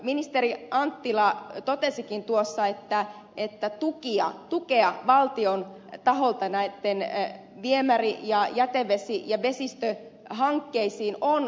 ministeri anttila totesikin tuossa että tukea valtion taholta viemäri jätevesi ja vesistöhankkeisiin on valtavan vähän